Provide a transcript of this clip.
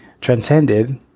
transcended